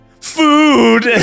food